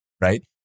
Right